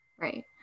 right